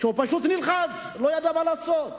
שפשוט נלחץ ולא ידע מה לעשות,